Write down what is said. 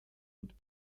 und